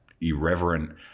irreverent